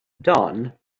dawn